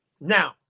Now